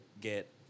get